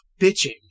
bitching